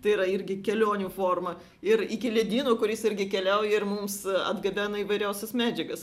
tai yra irgi kelionių forma ir iki ledyno kuris irgi keliauja ir mums atgabena įvairiausias medžiagas